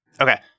Okay